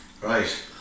Right